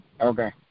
Okay